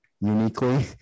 uniquely